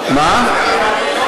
ההתיישבות?